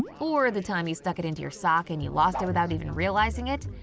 or the time you stuck it into your sock and you lost it without even realizing it?